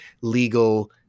legal